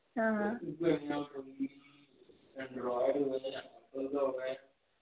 हां हां